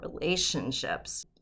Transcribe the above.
relationships